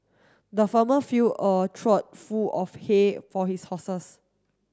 the farmer fill a trough full of hay for his horses